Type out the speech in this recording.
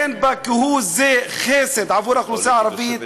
אין בה כהוא-זה חסד עבור האוכלוסייה הערבית.